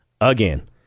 Again